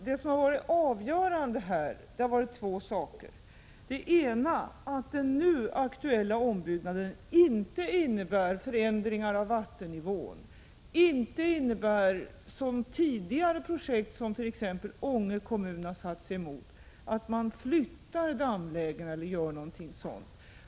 Herr talman! Två förhållanden har här varit avgörande. Det ena är att den nu aktuella ombyggnaden inte innebär förändringar av vattennivån och inte, som tidigare projekt som t.ex. Ånge kommun satt sig emot, innebär att man flyttar dammlägena eller liknande.